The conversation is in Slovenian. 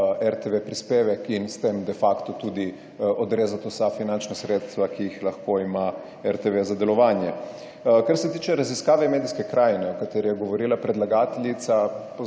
RTV prispevek in s tem de facto tudi odrezati vsa finančna sredstva, ki jih lahko ima RTV za delovanje. Kar se tiče raziskave medijske krajine, o kateri je govorila predlagateljica.